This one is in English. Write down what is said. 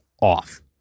off